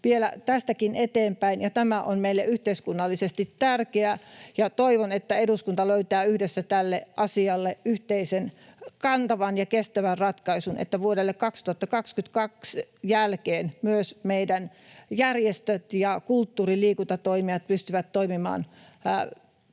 vielä tästäkin eteenpäin. Tämä on meille yhteiskunnallisesti tärkeää, ja toivon, että eduskunta löytää yhdessä tälle asialle yhteisen, kantavan ja kestävän ratkaisun, että myös vuoden 2022 jälkeen meidän järjestöt ja kulttuuri- ja liikuntatoimijat pystyvät toimimaan